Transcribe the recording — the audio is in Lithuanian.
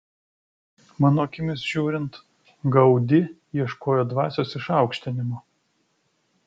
mano akimis žiūrint gaudi ieškojo dvasios išaukštinimo